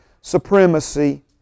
supremacy